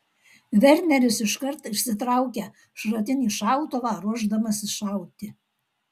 verneris iškart išsitraukia šratinį šautuvą ruošdamasis šauti